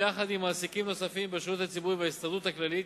ביחד עם מעסיקים נוספים בשירות הציבורי וההסתדרות הכללית,